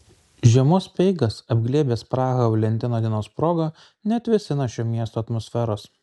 žiemos speigas apglėbęs prahą valentino dienos proga neatvėsina šio miesto atmosferos